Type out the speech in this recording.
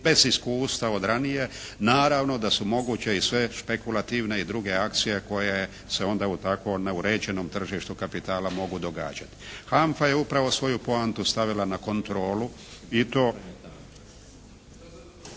bez iskustva od ranije naravno da su moguće i sve špekulativne i druge akcije koje se onda u tako neuređenom tržištu kapitala mogu događati. HANFA je upravo svoju poantu stavila na kontrolu i to